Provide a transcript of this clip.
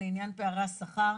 לעניין פערי השכר,